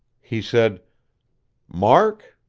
he said mark,